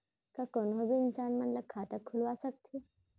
का कोनो भी इंसान मन ला खाता खुलवा सकथे?